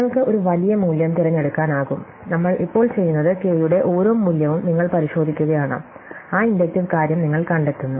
നിങ്ങൾക്ക് ഒരു വലിയ മൂല്യം തിരഞ്ഞെടുക്കാനാകും നമ്മൾ ഇപ്പോൾ ചെയ്യുന്നത് k യുടെ ഓരോ മൂല്യവും നിങ്ങൾ പരിശോധിക്കുകയാണ് ആ ഇൻഡക്റ്റീവ് കാര്യം നിങ്ങൾ കണ്ടെത്തുന്നു